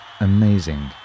Amazing